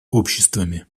обществами